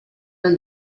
nel